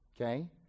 okay